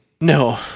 No